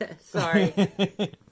sorry